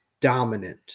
dominant